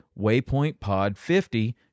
waypointpod50